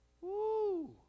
Woo